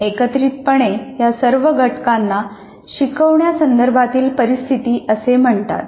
एकत्रितपणे या सर्व घटकांना शिकवण्यासंदर्भातील परिस्थिती असे म्हणतात